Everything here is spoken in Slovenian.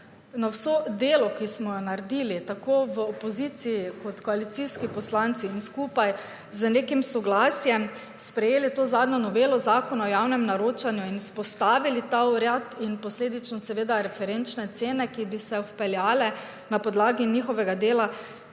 na vso delo, ki smo jo naredili, tako v opoziciji, kot koalicijski poslanci in skupaj, z nekim soglasjem, sprejeli to zadnjo novelo Zakona o javnem naročanju in vzpostavili ta urad in posledično seveda referenčne cene, ki bi se vpeljale na podlagi njihovega dela.